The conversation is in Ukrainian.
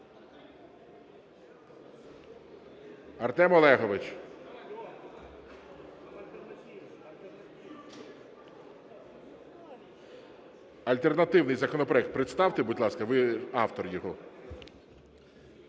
Артем Олегович, альтернативний законопроект представте, будь ласка, ви автор його.